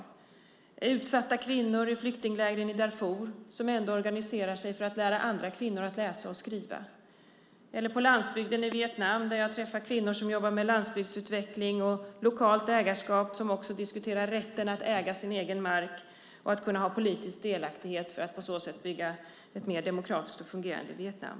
Det är utsatta kvinnor i flyktinglägren i Darfur som ändå organiserar sig för att lära andra kvinnor att läsa och skriva. På landsbygden i Vietnam har jag träffat kvinnor som jobbar med landsbygdsutveckling och lokalt ägarskap. De diskuterar också rätten att äga sin mark och ha politisk delaktighet för att på så sätt bygga ett mer demokratiskt och fungerande Vietnam.